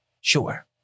Sure